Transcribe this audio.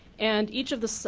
and each of the